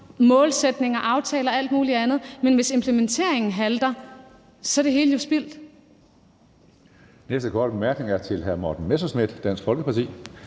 målsætninger, aftaler og alt muligt andet, men hvis implementeringen halter, er det hele jo spildt.